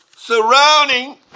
Surrounding